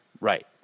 Right